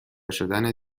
شدن